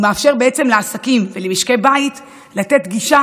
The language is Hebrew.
למעשה הוא מאפשר לעסקים ולמשקי בית לתת גישה